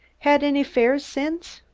had any fares since?